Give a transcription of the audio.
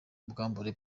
ubwambure